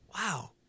Wow